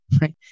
right